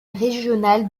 régional